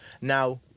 now